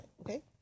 okay